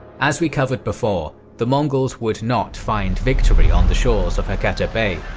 as we covered before, the mongols would not find victory on the shores of hakata bay,